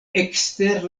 ekster